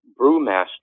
brewmaster